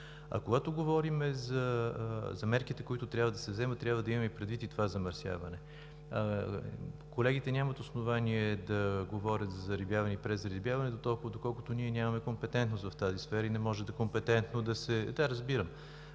Когато говорим за мерките, които трябва да се вземат, трябва да имаме предвид и това замърсяване. Колегите нямат основание да говорят за зарибяване и презарибяване, доколкото ние нямаме компетентност в тази сфера и не може компетентно да се произнасяме.